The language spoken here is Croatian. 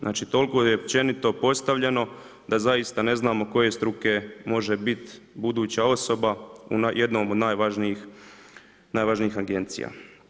Znači, toliko je općenito postavljeno, da zaista ne znamo koje struke može biti buduća osoba, jednom od najvažnijih agencija.